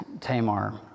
tamar